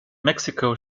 mexico